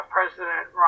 President